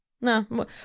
No